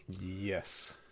Yes